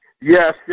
yes